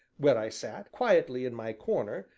where i sat, quietly in my corner,